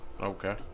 Okay